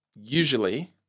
usually